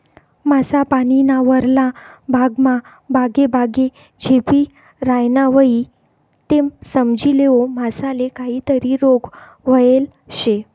मासा पानीना वरला भागमा बागेबागे झेपी रायना व्हयी ते समजी लेवो मासाले काहीतरी रोग व्हयेल शे